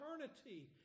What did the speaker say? eternity